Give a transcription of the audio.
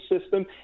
system